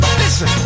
listen